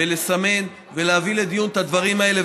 בלסמן ולהביא לדיון את הדברים האלה.